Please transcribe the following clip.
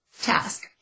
task